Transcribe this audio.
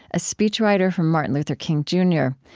a speechwriter for martin luther king jr.